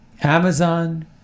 Amazon